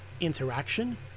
interaction